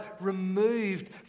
removed